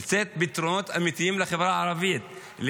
לתת פתרונות אמיתיים לחברה הערבית,